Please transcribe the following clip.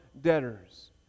debtors